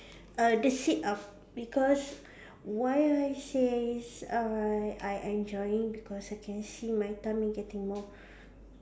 err the sit up because why I says I I enjoy it because I can see my tummy getting more